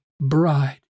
bride